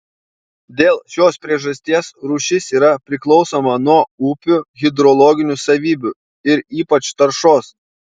dėl šios priežasties rūšis yra priklausoma nuo upių hidrologinių savybių ir ypač taršos